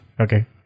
Okay